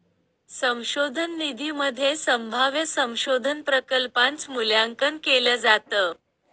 संशोधन निधीमध्ये संभाव्य संशोधन प्रकल्पांच मूल्यांकन केलं जातं